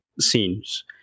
scenes